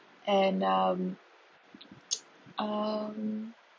and um um